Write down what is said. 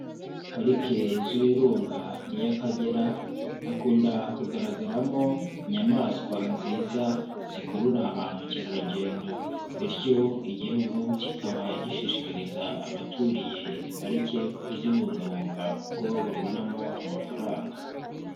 Parike z'Ibirunga n'iy'Akagera hakunda kugaragaramo inyamaswa nziza zikurura bamukerarugendo, bityo Igihugu kikaba gishishikariza abaturiye izi parike kuzibungabunga kuko babonamo amafaranga.